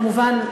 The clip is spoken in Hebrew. כמובן,